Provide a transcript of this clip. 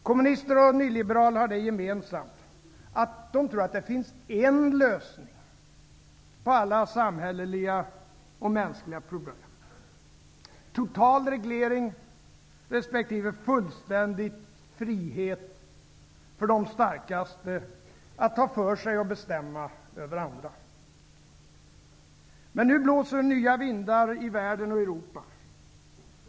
Kommunister och nyliberaler har det gemensamt, att de tror att det finns en lösning på alla samhälleliga och mänskliga problem: total reglering resp. fullständig frihet för de starkaste att ta för sig och bestämma över andra. Nu blåser det nya vindar i världen och i Europa.